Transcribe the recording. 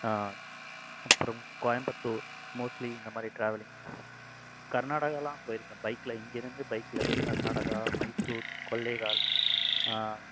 அப்பறம் கோயம்பத்தூர் மோஸ்ட்லீ இந்த மாதிரி ட்ராவலிங் கர்நாடகாலாம் போயிருக்கேன் பைக்ல இங்கேருந்து பைக்ல கர்நாடகா மைசூர் கொல்லேகால்